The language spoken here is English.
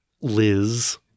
Liz